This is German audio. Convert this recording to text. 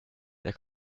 der